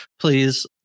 please